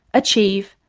achieve,